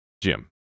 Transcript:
Jim